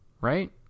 Right